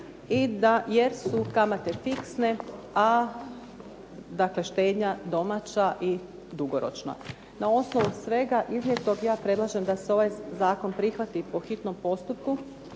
jesu kamate fiksne, a dakle štednja domaća i dugoročna. Na osnovu svega iznijetog ja predlažem da se ovaj zakon prihvati po hitnom postupku